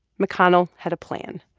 mcconnell had a plan.